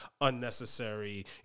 unnecessary